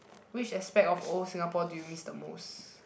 which aspect of old Singapore do you miss the most